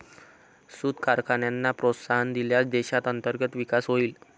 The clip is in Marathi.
सूत कारखान्यांना प्रोत्साहन दिल्यास देशात अंतर्गत विकास होईल